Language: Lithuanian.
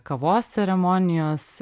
kavos ceremonijos